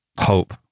hope